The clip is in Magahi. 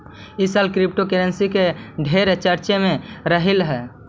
ई साल क्रिप्टोकरेंसी ढेर चर्चे में रहलई हे